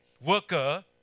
worker